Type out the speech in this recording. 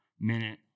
minute